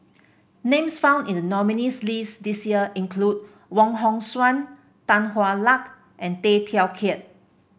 names found in the nominees' list this year include Wong Hong Suen Tan Hwa Luck and Tay Teow Kiat